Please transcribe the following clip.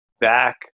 back